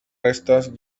restes